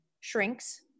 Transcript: shrinks